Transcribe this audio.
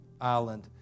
island